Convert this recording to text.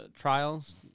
trials—